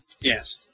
Yes